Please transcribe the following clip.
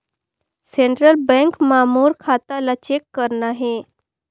Central bank मां मोर खाता ला चेक करना हे?